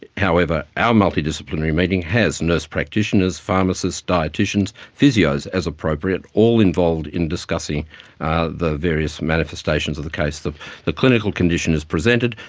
however our multidisciplinary meeting has nurse practitioners, pharmacists, dieticians, physios, as appropriate, all involved in discussing the various manifestations of the case. the the clinical condition is presented,